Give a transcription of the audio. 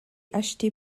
achetée